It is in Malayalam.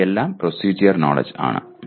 ഇവയെല്ലാം പ്രോസെഡ്യൂറൽ നോലെഡ്ജ് ആണ്